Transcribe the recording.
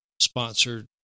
sponsored